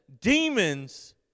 demons